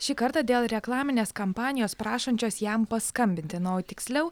šį kartą dėl reklaminės kampanijos prašančios jam paskambinti na o tiksliau